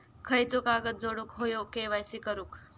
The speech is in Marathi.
खयचो कागद जोडुक होयो के.वाय.सी करूक?